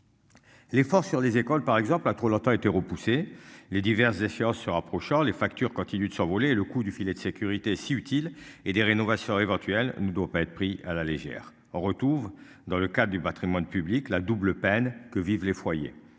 L'effort sur les écoles par exemple a trop longtemps été repoussé les diverses échéance se rapprochant les factures continuent de s'envoler le coût du filet de sécurité si utile et des rénovations éventuel ne doit pas être pris à la légère retrouve dans le cas du Patrimoine public. La double peine que vivent les foyers.